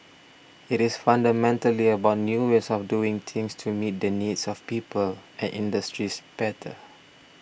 it is fundamentally about new ways of doing things to meet the needs of people and industries better